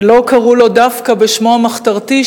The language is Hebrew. ולא קראו לו דווקא בשמו המחתרתי,